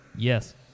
Yes